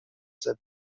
set